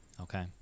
Okay